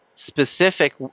specific